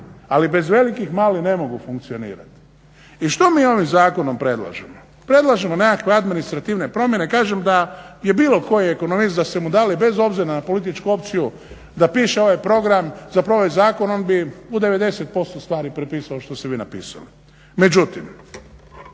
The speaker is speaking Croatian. Ali bez velikih mali ne mogu funkcionirati. I što mi ovim zakonom predlažemo, predlažemo nekakve administrativne promjene. Kažem da je bilo koji ekonomist da ste mu dali bez obzira na političku opciju da piše ovaj program, zapravo ovaj zakon on bi u 90% stvari prepisao što ste vi napisali.